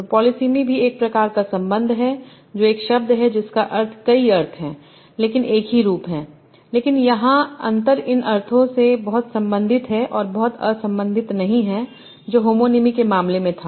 तो पोलिसेमी भी एक ही प्रकार का संबंध है जो एक शब्द है जिसका अर्थ कई अर्थ हैं लेकिन एक ही रूप है लेकिन यहां अंतर इन अर्थों से बहुत संबंधित है और बहुत असंबंधित नहीं है जो होमोनिमी के मामले में था